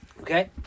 Okay